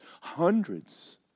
hundreds